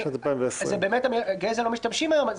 באמת בגזע לא משתמשים היום,